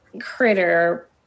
critter